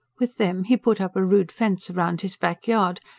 with them he put up a rude fence round his backyard,